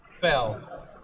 fell